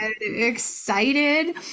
excited